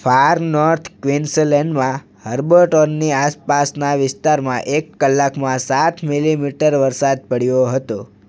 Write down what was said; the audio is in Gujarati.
ફાર નોર્થ ક્વીન્સલેન્ડમાં હર્બર્ટોનની આસપાસના વિસ્તારમાં એક કલાકમાં સાઠ મિલીમીટર વરસાદ પડ્યો હતો